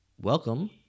Welcome